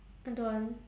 I don't want